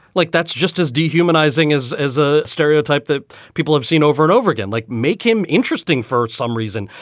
like, that's just as de-humanizing is as a stereotype that people have seen over and over again. like make him interesting for some reason,